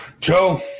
Joe